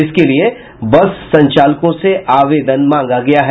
इसके लिये बस संचालकों से आवेदन मांगा गया है